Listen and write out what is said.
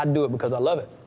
i do it because i love it.